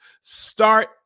Start